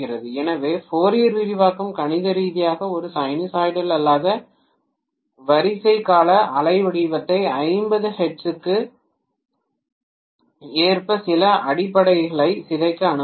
எனவே ஃபோரியர் விரிவாக்கம் கணித ரீதியாக ஒரு சைனூசாய்டல் அல்லாத வரிசை கால அலைவடிவத்தை 50 ஹெர்ட்ஸுக்கு ஒத்த சில அடிப்படைகளாக சிதைக்க அனுமதிக்கும்